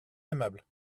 aimable